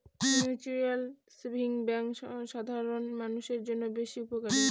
mutual savings bank সাধারন মানুষের জন্য বেশ উপকারী